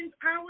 power